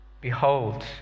Behold